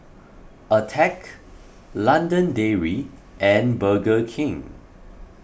Attack London Dairy and Burger King